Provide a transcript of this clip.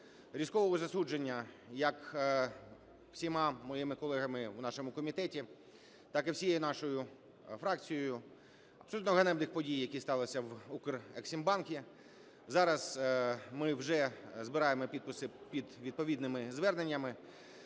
різкого засудження як всіма моїми колегами у нашому комітеті так і всією нашою фракцією абсолютно ганебних подій, які сталися в Укрексімбанку. Зараз ми вже збираємо підписи під відповідними зверненнями